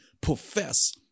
profess